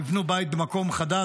יבנו בית במקום חדש,